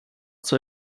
zwei